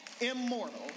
immortal